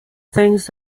things